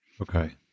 okay